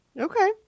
Okay